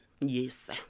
Yes